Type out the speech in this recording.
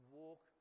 walk